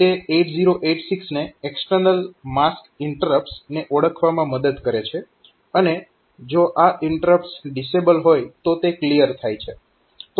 તે 8086 ને external mask interrupts ને ઓળખવામાં મદદ કરે છે અને જો આ ઇન્ટરપ્ટસ ડિસેબલ હોય તો તે ક્લિયર થાય છે